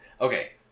Okay